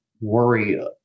worry